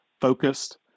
focused